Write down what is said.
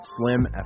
slim